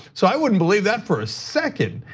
so, i wouldn't believe that for a second.